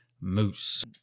moose